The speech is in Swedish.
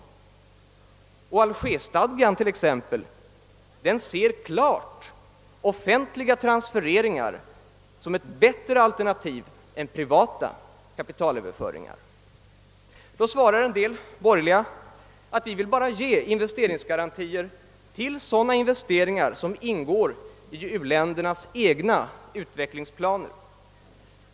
Och Algerstadgan t.ex. ser klart offentliga transfereringar som ett bättre alternativ än privata kapitalöverföringar. Då svarar en del borgerliga att de vill ge investeringsgarantier endast för sådana investeringar som ingår i uländernas egna utvecklingsplaner.